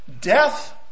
Death